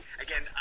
again